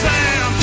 Sam